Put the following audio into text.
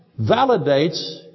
validates